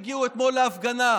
שהגיעו אתמול להפגנה.